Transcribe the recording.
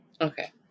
okay